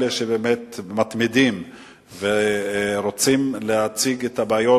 אלה שבאמת מתמידים ורוצים להציג את הבעיות